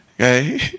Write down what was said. Okay